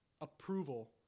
approval –